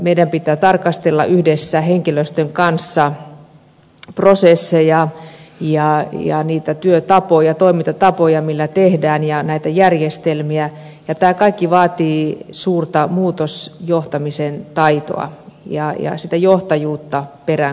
meidän pitää tarkastella yhdessä henkilöstön kanssa prosesseja ja niitä työtapoja toimintatapoja millä tehdään ja näitä järjestelmiä ja tämä kaikki vaatii suurta muutosjohtamisen taitoa ja sitä johtajuutta peräänkuulutan